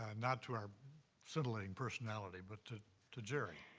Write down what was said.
and not to our scintillating personality but to to jerry.